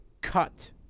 cut